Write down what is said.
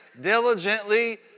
diligently